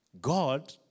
God